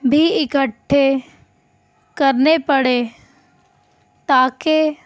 بھی اکٹھے کرنے پڑے تاکہ